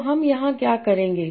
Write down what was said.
तो हम यहाँ क्या करेंगे